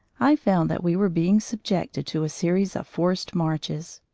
i found that we were being subjected to a series of forced marches.